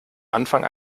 anfang